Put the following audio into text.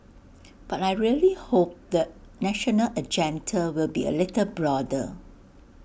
but I really hope the national agenda will be A little broader